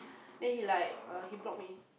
then he like err he block me